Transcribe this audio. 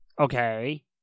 Okay